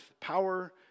power